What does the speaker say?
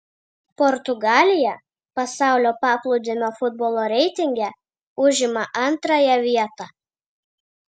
portugalija pasaulio paplūdimio futbolo reitinge užima antrąją vietą